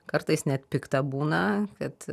kartais net pikta būna kad